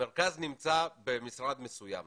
המרכז נמצא במשרד מסוים,